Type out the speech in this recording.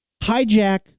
hijack